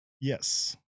Yes